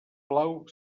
plau